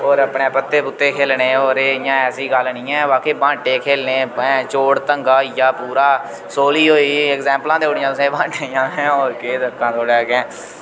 होर अपने पत्ते पुत्ते खेल्लने होर एह् इ'यां ऐसी गल्ल निं ऐ बा असें बांटे खेलने चोड़तंगा होइया पूरा सोली होई एग्जैम्पलां देई ओड़ियां तुसें ई बांटे दियां होर केह् दस्सनां थुआढ़े अग्गें